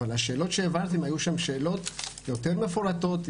אבל השאלות שהעברתם היו שאלות יותר מפורטות,